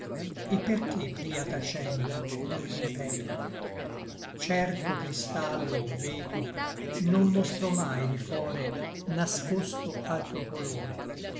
et perché pria tacendo non m'impetro certo cristallo o vetro non mostrò mai di fore nascosto altro colore